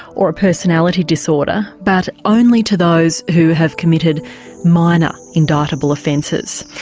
or a personality disorder but only to those who have committed minor indictable offences.